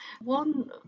One